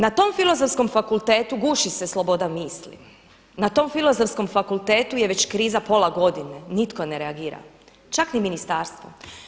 Na tom Filozofskom fakultetu guši se sloboda misli, na tom Filozofskom fakultetu je već kriza pola godine, nitko ne reagira, čak ni ministarstvo.